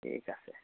ঠিক আছে